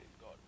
God